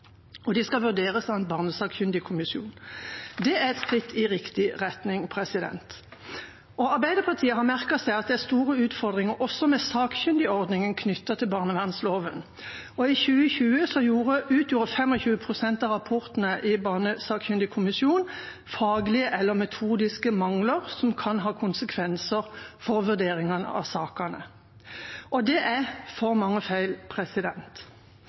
og de skal vurderes av Barnesakkyndig Kommisjon. Det er et skritt i riktig retning. Arbeiderpartiet har merket seg at det er store utfordringer også med sakkyndigordningen knyttet til barnevernsloven. Og i 2020 utgjorde 25 pst. av rapportene i Barnesakkyndig Kommisjon faglige eller metodiske mangler som kan ha konsekvenser for vurderingen av sakene. Og det er for mange feil.